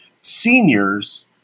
seniors